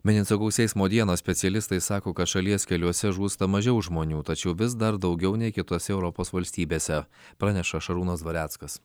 minint saugaus eismo dieną specialistai sako kad šalies keliuose žūsta mažiau žmonių tačiau vis dar daugiau nei kitose europos valstybėse praneša šarūnas dvareckas